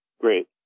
Great